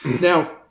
Now